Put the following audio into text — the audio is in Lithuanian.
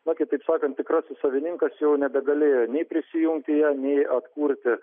na kitaip sakant tikrasis savininkas jau nebegalėjo nei prisijungti į ją nei atkurti